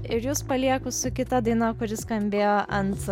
ir jus palieku su kita daina kuri skambėjo ant